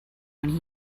when